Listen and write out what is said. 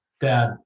dad